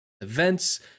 events